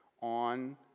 on